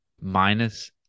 minus